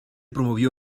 promovió